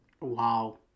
Wow